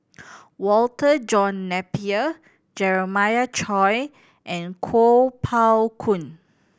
Walter John Napier Jeremiah Choy and Kuo Pao Kun